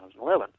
2011